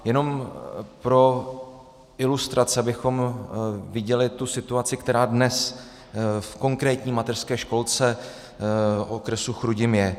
Jenom pro ilustraci, abychom viděli situaci, která dnes v konkrétní mateřské školce okresu Chrudim je.